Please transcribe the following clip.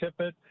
Tippett